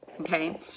Okay